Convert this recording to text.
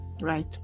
right